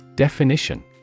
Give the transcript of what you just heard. Definition